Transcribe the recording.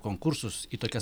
konkursus į tokias